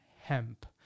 Hemp